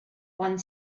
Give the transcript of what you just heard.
one